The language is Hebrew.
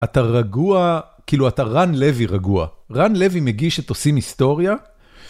אתה רגוע, כאילו, אתה רן לוי רגוע. רן לוי מגיש את עושים היסטוריה.